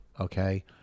Okay